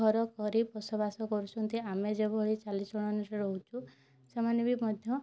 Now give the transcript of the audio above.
ଘରକରି ବସବାସ କରୁଛନ୍ତି ଆମେ ଯେଭଳି ଚାଲିଚଳଣିରେ ରହୁଛୁ ସେମାନେ ବି ମଧ୍ୟ